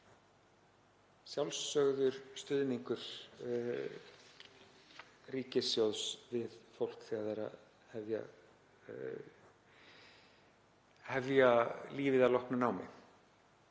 sjálfsagður stuðningur ríkissjóðs við fólk þegar það er að hefja lífið að loknu námi.